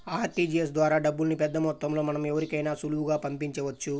RTGS ద్వారా డబ్బుల్ని పెద్దమొత్తంలో మనం ఎవరికైనా సులువుగా పంపించవచ్చు